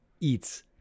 eats